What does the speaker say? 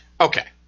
Okay